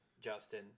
Justin